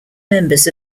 members